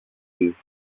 της